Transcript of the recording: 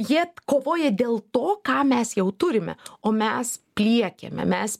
jie kovoja dėl to ką mes jau turime o mes pliekiame mes